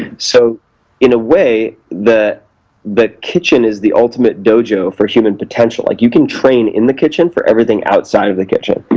so in a way, the but kitchen is the ultimate dojo for human potential. like, you can train in the kitchen for everything outside of the kitchen,